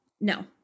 No